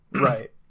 Right